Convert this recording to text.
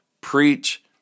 Preach